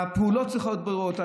הפעולות צריכות להיות ברורות.